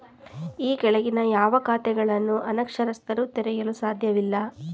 ಈ ಕೆಳಗಿನ ಯಾವ ಖಾತೆಗಳನ್ನು ಅನಕ್ಷರಸ್ಥರು ತೆರೆಯಲು ಸಾಧ್ಯವಿಲ್ಲ?